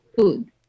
food